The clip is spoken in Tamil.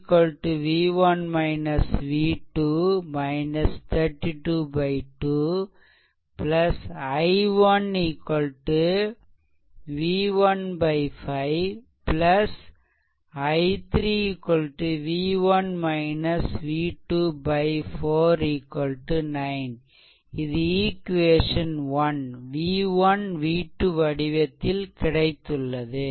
i2 v1 v2 32 2 i1 V15 i3 v1 v2 4 9 இது ஈக்வேஷன் 1 v1v2 வடிவத்தில் கிடைத்துள்ளது